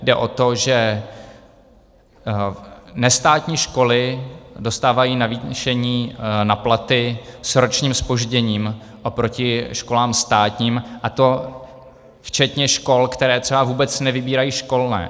Jde o to, že nestátní školy dostávají navýšení na platy s ročním zpožděním oproti školám státním, a to včetně škol, které třeba vůbec nevybírají školné.